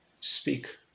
Speak